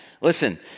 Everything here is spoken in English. Listen